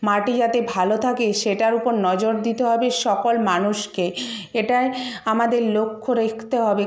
মাটি যাতে ভালো থাকে সেটার উপর নজর দিতে হবে সকল মানুষকে এটাই আমাদের লক্ষ্য রাখতে হবে